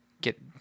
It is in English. get